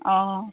অঁ